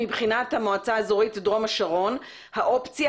מבחינת המועצה האזורית דרום השרון האופציה